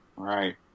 right